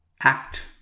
act